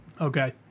Okay